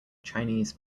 chinese